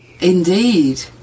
Indeed